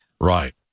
Right